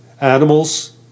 animals